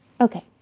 Okay